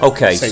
Okay